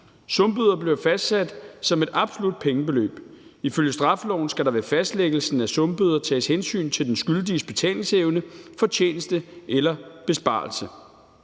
Sumbøder bliver fastsat som et absolut pengebeløb. Ifølge straffeloven skal der ved fastlæggelsen af sumbøder tages hensyn til den skyldiges betalingsevne, fortjeneste eller besparelse.